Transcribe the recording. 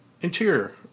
Interior